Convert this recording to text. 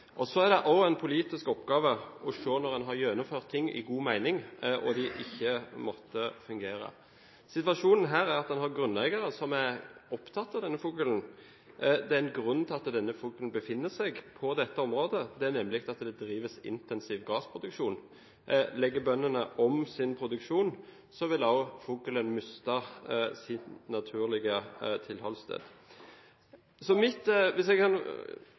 Så er det også en politisk oppgave å se når en har gjennomført ting i god mening, og de ikke måtte fungere. Situasjonen her er at en har grunneiere som er opptatt av denne fuglen. Det er en grunn til at denne fuglen befinner seg på dette området, nemlig at det drives intensiv grasproduksjon. Legger bøndene om sin produksjon, vil også fuglen miste sitt naturlige